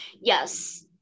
Yes